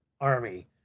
army